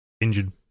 injured